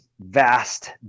vast